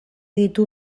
ditu